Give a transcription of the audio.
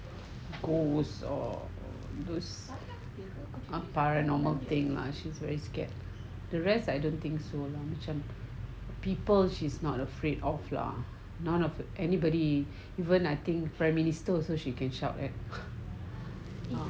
ghost or those apparently normal thing lah she's very scared the rest I don't think so lah macam people she's not afraid of lah none of anybody even I think prime minister also she can shout at